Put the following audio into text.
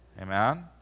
Amen